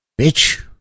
Bitch